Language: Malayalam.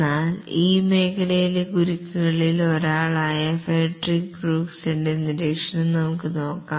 എന്നാൽ ഈ മേഖലയിലെ ഗുരുക്കളിൽ ഒരാളായ ഫ്രെഡറിക് ബ്രൂക്സിന്റെ നിരീക്ഷണം നമുക്ക് നോക്കാം